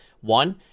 One